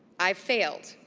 i failed.